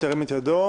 ירים את ידו.